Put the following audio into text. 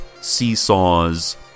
seesaws